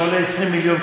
שעולה 20 מיליון,